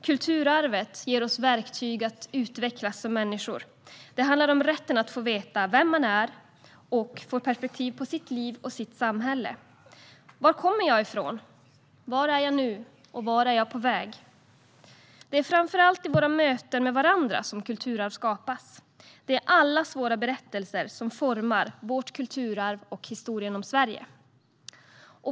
Kulturarvet ger oss verktyg att utvecklas som människor. Det handlar om rätten att få veta vem man är och få perspektiv på sitt liv och sitt samhälle. Var kommer jag ifrån? Var är jag nu, och vart är jag är på väg? Det är framför allt i våra möten med varandra som kulturarv skapas. Det är allas våra berättelser som formar vårt kulturarv och historien om Sverige.